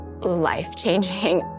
life-changing